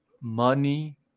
Money